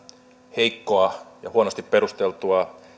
heikkoa ja huonosti perusteltua